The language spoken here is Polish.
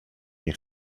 nie